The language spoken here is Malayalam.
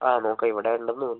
ആ നോക്കാം ഇവിടെ ഉണ്ടെന്ന് തോന്നുന്നു